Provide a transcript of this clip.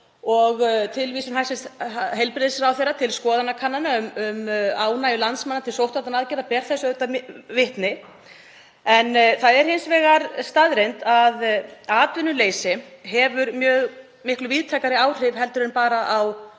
og tilvísun hæstv. heilbrigðisráðherra til skoðanakannana um ánægju landsmanna til sóttvarnaaðgerða ber þess vitni. En það er hins vegar staðreynd að atvinnuleysi hefur miklu víðtækari áhrif en bara á